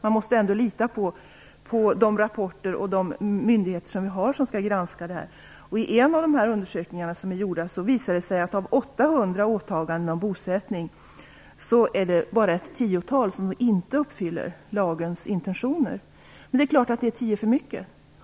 Vi måste lita på de rapporter som kommer och de myndigheter som skall granska det här. I en av de undersökningar som har gjorts visar det sig, att av 800 åtaganden om bosättning är det bara ett tiotal som inte uppfyller lagens intentioner. Men det är klart att det är tio för mycket.